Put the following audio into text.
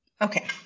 okay